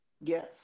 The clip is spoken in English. Yes